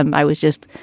um i was just,